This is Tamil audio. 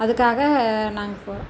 அதுக்காக நாங்கள் போகிறோம்